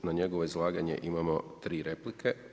Na njegovo izlaganje imamo tri replike.